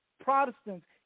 Protestants